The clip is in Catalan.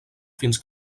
fins